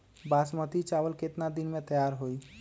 बासमती चावल केतना दिन में तयार होई?